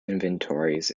inventories